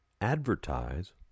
advertise